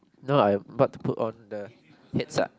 no I'm about to put on the heads up